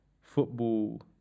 football